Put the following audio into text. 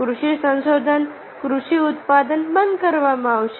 કૃષિ સાધનોનું કૃષિ ઉત્પાદન બંધ કરવામાં આવશે